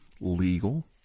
legal